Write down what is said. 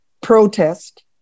protest